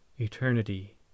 Eternity